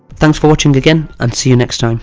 thanks for watching again and see you next time.